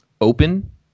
open